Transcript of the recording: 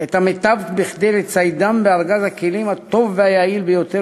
את המיטב כדי לציידם בארגז הכלים הטוב והיעיל ביותר,